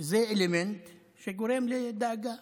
זה אלמנט שגורם דאגה